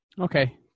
Okay